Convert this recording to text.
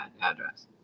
address